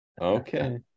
Okay